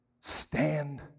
Stand